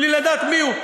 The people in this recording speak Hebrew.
בלי לדעת מי הוא.